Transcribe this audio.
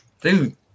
Dude